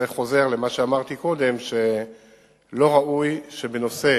זה חוזר למה שאמרתי קודם, שלא ראוי שבנושא